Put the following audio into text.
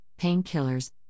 painkillers